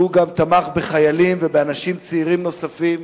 הוא גם תמך בחיילים ובאנשים צעירים נוספים